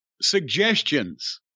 suggestions